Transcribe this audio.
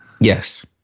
Yes